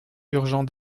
urgent